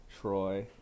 Troy